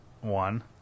one